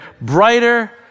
brighter